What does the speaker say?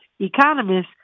economists